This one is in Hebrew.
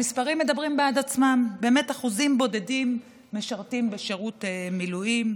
המספרים מדברים בעד עצמם: באמת אחוזים בודדים משרתים בשירות מילואים.